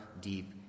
deep